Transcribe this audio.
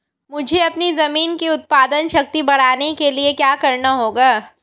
मुझे अपनी ज़मीन की उत्पादन शक्ति बढ़ाने के लिए क्या करना होगा?